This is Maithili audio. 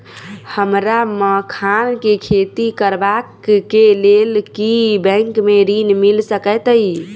हमरा मखान केँ खेती करबाक केँ लेल की बैंक मै ऋण मिल सकैत अई?